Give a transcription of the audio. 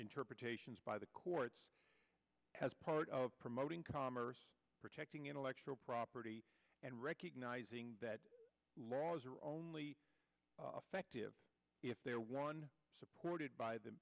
interpretations by the courts as part of promoting commerce protecting intellectual property and recognizing that laws are only affected if they're one supported by the